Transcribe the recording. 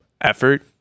Effort